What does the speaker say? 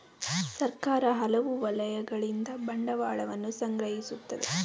ಸರ್ಕಾರ ಹಲವು ವಲಯಗಳಿಂದ ಬಂಡವಾಳವನ್ನು ಸಂಗ್ರಹಿಸುತ್ತದೆ